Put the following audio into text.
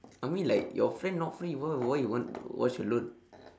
I mean like your friend not free why why why you want to watch alone